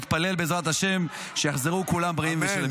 נתפלל בעזרת השם שיחזרו כולם בריאים ושלמים.